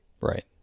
Right